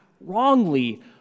wrongly